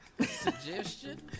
Suggestion